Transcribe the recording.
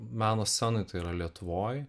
meno scenoj tai yra lietuvoj